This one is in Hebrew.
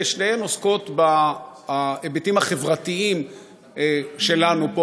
ששניהם עוסקים בהיבטים החברתיים שלנו פה,